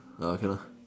okay lah